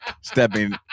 stepping